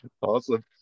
awesome